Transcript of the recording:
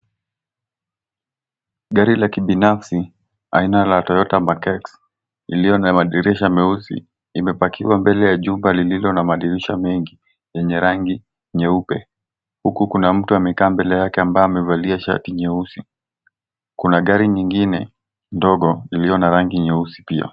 Gari la kibinafsi aina la toyota mark x iliyo na madirisha meusi. Imepakiwa mbele ya jumba lililo na madirisha mengi yenye rangi nyeupe. Huku kuna mtu amekaa mbele yake ambaye amevalia sharti nyeusi. Kuna gari nyingine ndogo iliyo na rangi nyeusi pia.